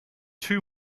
two